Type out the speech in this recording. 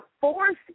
force